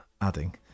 adding